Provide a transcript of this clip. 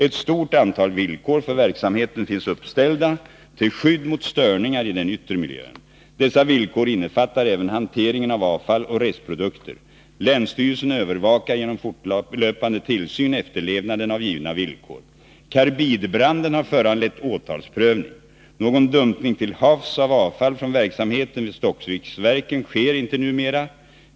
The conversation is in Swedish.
Ett stort antal villkor för verksamheten finns uppställda till skydd mot störningar i den yttre miljön. Dessa villkor innefattar även hanteringen av avfall och restprodukter. Länsstyrelsen övervakar genom fortlöpande tillsyn efterlevnaden av givna villkor. Karbidbranden har föranlett åtalsprövning. Någon dumpning till havs av avfall från verksamheten vid Stockviksverken sker inte numera.